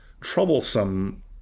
troublesome